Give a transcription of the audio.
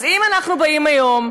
אז אם אנחנו באים היום,